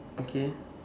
okay